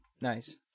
Nice